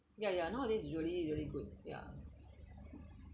ya ya nowadays really really good ya